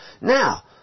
Now